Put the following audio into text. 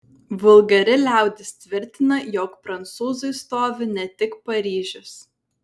vulgari liaudis tvirtina jog prancūzui stovi ne tik paryžius